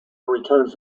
returned